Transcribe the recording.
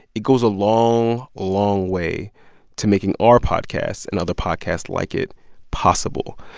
it goes a long, long way to making our podcasts and other podcasts like it possible.